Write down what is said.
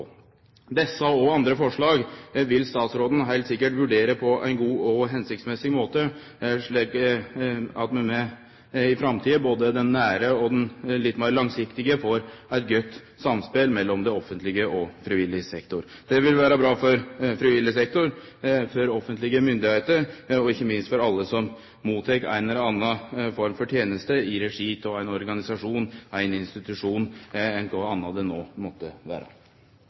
Desse og andre forslag vil statsråden heilt sikkert vurdere på ein god og hensiktsmessig måte, slik at vi òg i framtida, både den nære og den litt meir langsiktige, har eit godt samspel mellom offentleg og frivillig sektor. Det vil vere bra for frivillig sektor, for offentlege myndigheiter og ikkje minst for alle som mottek ei eller anna form for teneste i regi av ein organisasjon, ein institusjon eller kva det no måtte